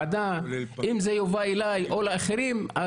אם זה יובא אליי או לאחרים,